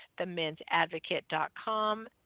themensadvocate.com